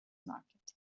market